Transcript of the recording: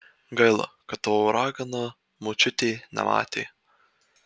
gaila kad tavo ragana močiutė nematė